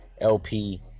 LP